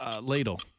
ladle